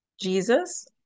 Jesus